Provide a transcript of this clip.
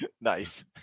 Nice